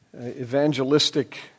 evangelistic